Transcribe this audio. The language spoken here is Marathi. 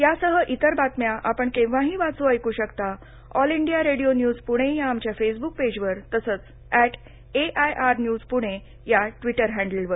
या आणि इतर बातम्या आपण केव्हाही वाचू ऐकू शकता आमच्या all India radio news Pune या फेसबुक पेजवर तसंच ऍट एआयआर न्यूज पूणे या ट्विटर हँडलवर